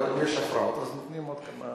אבל אם יש הפרעות אז נותנים עוד כמה שניות.